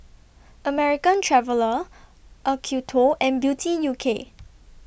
American Traveller Acuto and Beauty U K